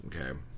okay